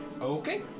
Okay